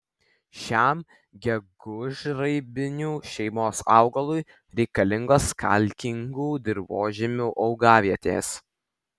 šiam gegužraibinių šeimos augalui reikalingos kalkingų dirvožemių augavietės